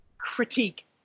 critique